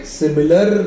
similar